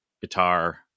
guitar